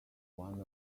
one